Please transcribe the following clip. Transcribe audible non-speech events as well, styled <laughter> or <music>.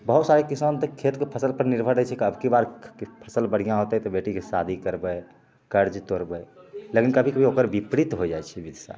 बहुत सारे किसान तऽ खेतके फसिलपर निर्भर रहै छै कि अबकी बारके फसिल बढ़िआँ होतै तऽ बेटीके शादी करबै कर्ज तोड़बै लेकिन कभी कभी ओकर विपरीत हो जाइ छै <unintelligible>